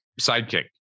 sidekick